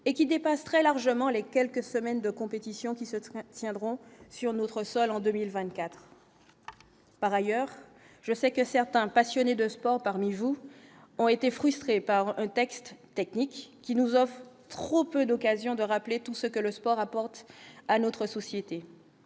et qui dépasse très largement les quelques semaines de compétition qui se tiendront sur notre sol en 2024 par ailleurs, je sais que certains passionnés de sport parmi vous ont été frustrés par un texte technique qui nous offrent trop peu d'occasions de rappeler tout ce que le sport apporte à notre société